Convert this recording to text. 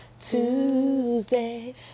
Tuesday